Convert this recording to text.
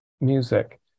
music